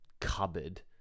cupboard